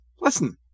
listen